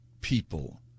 people